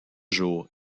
jour